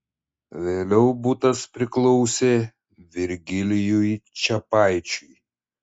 vėliau butas priklausė virgilijui čepaičiui